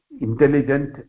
intelligent